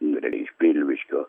iš pilviškių